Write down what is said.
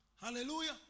hallelujah